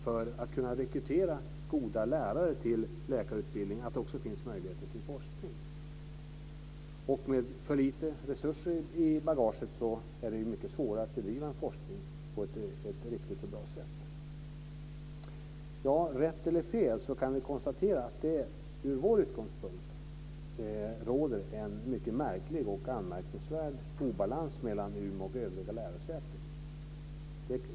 För att kunna rekrytera goda lärare till läkarutbildning är det viktigt att det också finns möjligheter till forskning. Med för lite resurser i bagaget är det ju mycket svårare att bedriva en forskning på ett riktigt och bra sätt. Rätt eller fel, kan vi konstatera att det ur vår utgångspunkt råder en mycket märklig och anmärkningsvärd obalans mellan Umeå och övriga lärosäten.